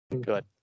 Good